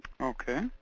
Okay